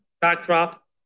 backdrop